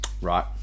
right